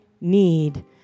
need